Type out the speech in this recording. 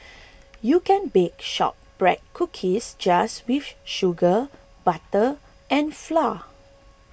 you can bake Shortbread Cookies just with sugar butter and flour